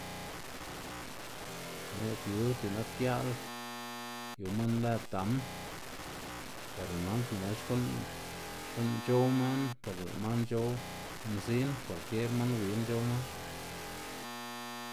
Ne'g yu c̲h̲i nak gia'l yu man lë dam, bero nandná gan xku'n xku'n c̲h̲ow man ber lë' man c̲h̲ow mzin, kwalkier man win c̲h̲ow man.